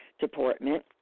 Department